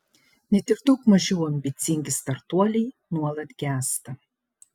net ir daug mažiau ambicingi startuoliai nuolat gęsta